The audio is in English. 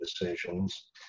decisions